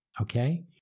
Okay